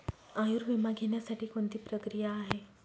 आयुर्विमा घेण्यासाठी कोणती प्रक्रिया आहे?